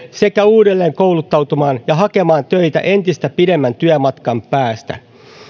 sekä uudelleenkouluttautumaan ja hakemaan töitä entistä pidemmän työmatkan päästä